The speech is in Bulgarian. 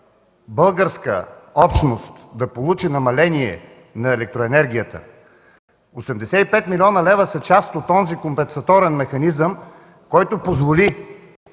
българска общност да получи намаление на електроенергията. Осемдесет и пет милиона лева са част от онзи компенсаторен механизъм, който позволи